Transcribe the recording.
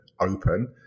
open